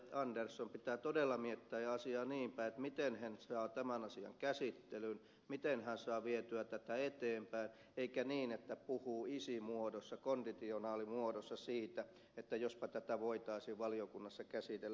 anderssonin pitää todella miettiä asiaa niinpäin miten hän saa tämän asian käsittelyyn miten hän saa vietyä tätä eteenpäin eikä niin että puhuu isi muodossa konditionaalimuodossa siitä että jospa tätä voitaisiin valiokunnassa käsitellä